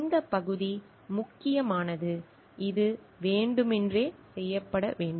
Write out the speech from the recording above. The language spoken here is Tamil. இந்த பகுதி முக்கியமானது இது வேண்டுமென்றே செய்யப்பட வேண்டும்